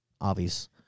obvious